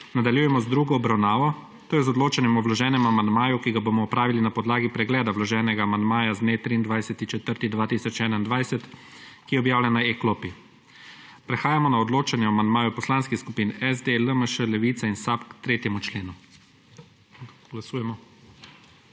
Nadaljujemo z drugo obravnavo, to je z odločanjem o vloženem amandmaju, ki ga bomo opravili na podlagi pregleda vloženega amandmaja z dne 23. 4. 2021, ki je objavljen na e-klopi. Prehajamo na odločanje o amandmaju poslanskih skupin SD, LMŠ, Levica in SAB k 3. členu.